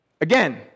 Again